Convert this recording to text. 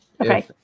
Okay